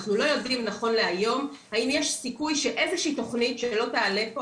אנחנו לא יודעים נכון להיום האם יש סיכוי שאיזו שהיא תכנית שלא תעלה פה,